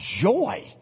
joy